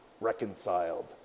reconciled